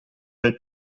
nel